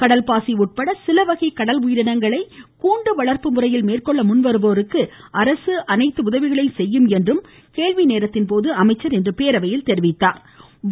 கடல்பாசி உட்பட சிலவகை கடல் உயிரினங்களை கூண்டு வளர்ப்பு முறையில் மேற்கொள்ள முன்வருவோருக்கு அரசு அனைத்து உதவிகளையும் செய்யும் என்றும் அவர் கூறினார்